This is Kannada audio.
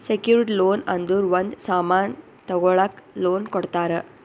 ಸೆಕ್ಯೂರ್ಡ್ ಲೋನ್ ಅಂದುರ್ ಒಂದ್ ಸಾಮನ್ ತಗೊಳಕ್ ಲೋನ್ ಕೊಡ್ತಾರ